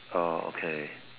okay